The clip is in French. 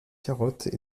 carottes